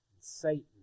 Satan